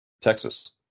Texas